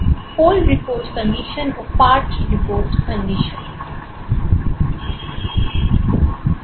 "whole report condition"